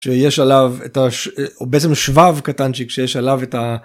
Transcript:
שיש עליו בעצם שבב קטנצ'יק שיש עליו את ה...